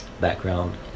background